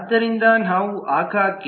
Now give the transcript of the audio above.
ಆದ್ದರಿಂದ ನಾವು ಆಗಾಗ್ಗೆ 1